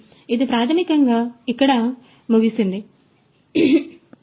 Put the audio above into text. కాబట్టి ఇది ప్రాథమికంగా ఇక్కడ ముగిసింది ఇది కోరిందకాయ పై